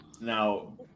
now